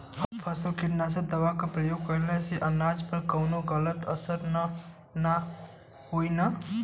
फसल पर कीटनाशक दवा क प्रयोग कइला से अनाज पर कवनो गलत असर त ना होई न?